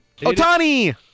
Otani